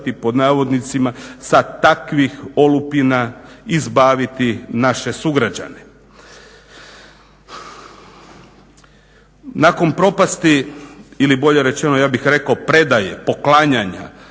Nakon propasti ili bolje rečeno ja bih rekao predaje poklanjanja,